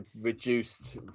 reduced